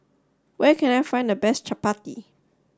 where can I find the best Chapati